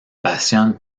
passionne